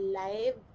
live